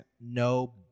no